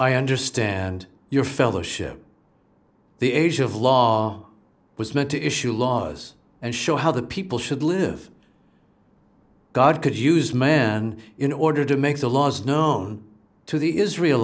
i understand your fellowship the age of law was meant to issue laws and show how the people should live god could use man in order to make the laws known to the israel